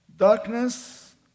Darkness